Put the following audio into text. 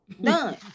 Done